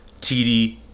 TD